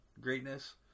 greatness